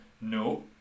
No